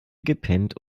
gepennt